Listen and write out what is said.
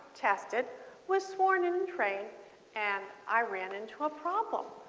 tested was sworn and trained and i ran into a problem